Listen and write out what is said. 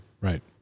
Right